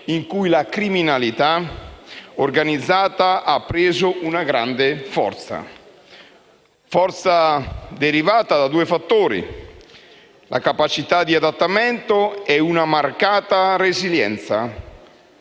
in cui la criminalità organizzata ha preso una grande forza; forza derivata da due fattori: la capacità di adattamento e una marcata resilienza,